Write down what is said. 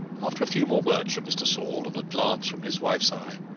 after a few more words from mr. saul, and a glance from his wife's eye,